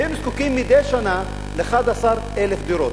זקוקה מדי שנה ל-11,000 דירות.